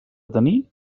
tenir